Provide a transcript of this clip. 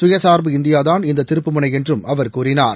சுயசார்பு இந்தியா தான் இந்த திருப்புமுனை என்றும் அவர் கூறினார்